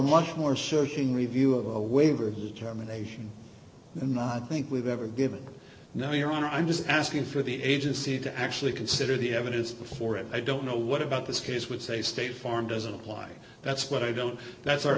much more searching review of a waiver germination and i think we've ever given no your honor i'm just asking for the agency to actually consider the evidence before it i don't know what about this case would say state farm doesn't apply that's what i don't that's